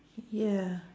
ya